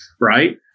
right